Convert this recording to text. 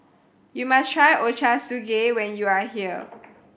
you must try Ochazuke when you are here